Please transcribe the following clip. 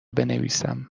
بنویسم